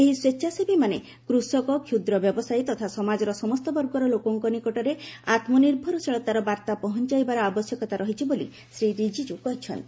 ଏହି ସ୍ପେଚ୍ଛାସେବୀମାନେ କୃଷକ କ୍ଷୁଦ୍ର ବ୍ୟବସାୟୀ ତଥା ସମାଜର ସମସ୍ତ ବର୍ଗର ଲୋକଙ୍କ ନିକଟରେ ଆତ୍ମନିର୍ଭରଶୀଳତାର ବାର୍ତ୍ତା ପହଞ୍ଚାଇବାର ଆବଶ୍ୟକତା ରହିଛି ବୋଲି ଶ୍ରୀ ରିଜିଜ୍ କହିଛନ୍ତି